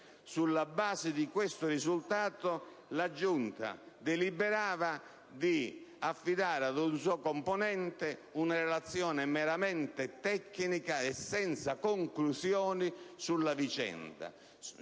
sulla base di questo risultato, la Giunta deliberava di affidare ad un suo componente una relazione meramente tecnica e senza conclusioni sulla vicenda.